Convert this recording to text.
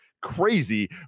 crazy